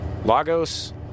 Lagos